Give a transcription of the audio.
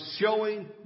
showing